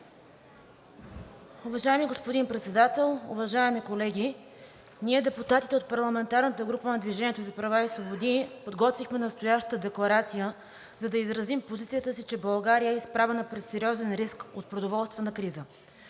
Уважаеми господин Председател, уважаеми колеги! Ние, депутатите от парламентарната група на „Движение за права и свободи“, подготвихме настоящата декларация, за да изразим позицията си, че България е изправена пред сериозен риск от продоволствена криза.